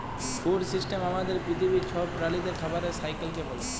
food system আমাদের পিথিবীর ছব প্রালিদের খাবারের সাইকেলকে ব্যলে